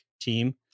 team